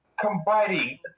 combining